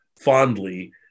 fondly